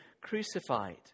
crucified